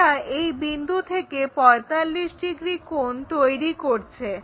এটা এই বিন্দু থেকে 45 ডিগ্রি কোণ তৈরি করছে